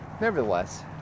nevertheless